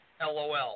LOL